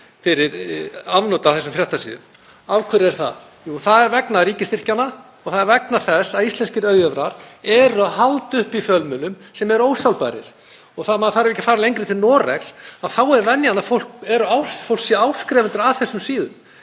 fyrir afnot af þessum fréttasíðum. Af hverju er það? Jú, það er vegna ríkisstyrkjanna og það er vegna þess að íslenskir auðjöfrar halda uppi fjölmiðlum sem eru ósjálfbærir. Maður þarf ekki að fara lengra en til Noregs til að sjá að þar er venjan að fólk sé áskrifendur að þessum síðum.